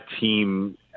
team